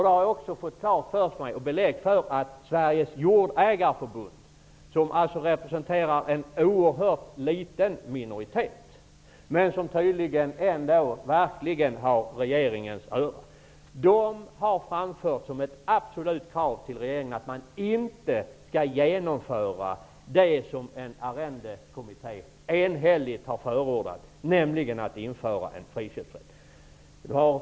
Då har jag fått klart för mig att Sveriges Jordägareförbund -- som representerar en oerhört liten minoritet, men som tydligen har regeringens öra -- har framfört som ett absolut krav till regeringen att man inte skall genomföra det som Arrendekommittén enhälligt har förordat, nämligen att införa en friköpsrätt.